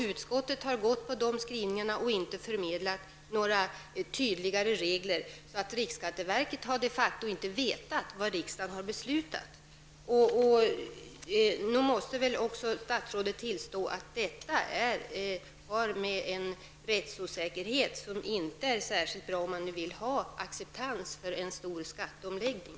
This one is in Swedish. Utskottet har gått efter skrivningarna och inte förmedlat några tydliga regler, och riksskatteverket har de facto inte vetat vad riksdagen har beslutat. Nog måste väl också statsrådet tillstå att detta är en rättsosäkerhet som inte är särskilt bra om regeringen vill ha acceptans för en stor skatteomläggning.